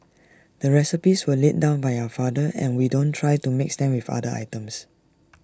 the recipes were laid down by our father and we don't try to mix them with other items